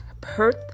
Perth